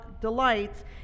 delights